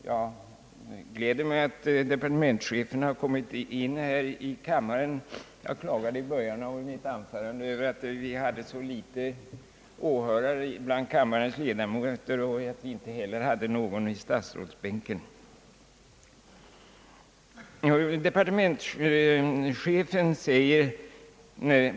Jag gläder mig åt att departementschefen har kommit in i kamma ren. Jag klagade i början av mitt anförande över att vi hade så få åhörare bland kammarens ledamöter och att vi inte heller hade någon åhörare i statsrådsbänkarna,.